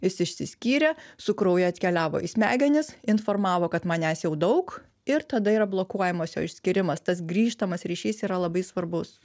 jis išsiskyrė su krauju atkeliavo į smegenis informavo kad manęs jau daug ir tada yra blokuojamas jo išskyrimas tas grįžtamas ryšys yra labai svarbus